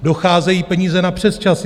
Docházejí peníze na přesčasy.